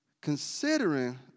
Considering